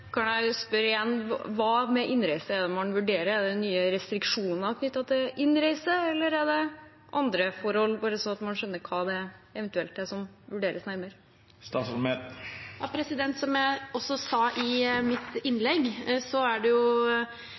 kan jeg spørre igjen: Hva med innreise er det man vurderer? Er det nye restriksjoner knyttet til innreise, eller er det andre forhold – bare så man skjønner hva det eventuelt er som vurderes nærmere? Som jeg også sa i mitt innlegg, er det